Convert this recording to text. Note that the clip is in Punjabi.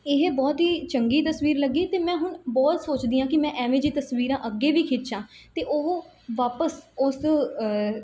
ਇਹ ਬਹੁਤ ਹੀ ਚੰਗੀ ਤਸਵੀਰ ਲੱਗੀ ਅਤੇ ਮੈਂ ਹੁਣ ਬਹੁਤ ਸੋਚਦੀ ਹਾਂ ਕਿ ਮੈਂ ਐਵੇਂ ਜਿਹੀ ਤਸਵੀਰਾਂ ਅੱਗੇ ਵੀ ਖਿੱਚਾਂ ਅਤੇ ਉਹ ਵਾਪਸ ਉਸ